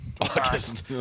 August